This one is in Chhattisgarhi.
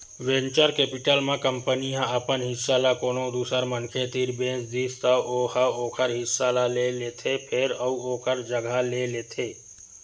वेंचर केपिटल म कंपनी ह अपन हिस्सा ल कोनो दूसर मनखे तीर बेच दिस त ओ ह ओखर हिस्सा ल लेथे फेर अउ ओखर जघा ले लेथे